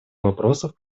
вопросов